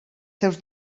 seus